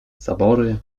zabory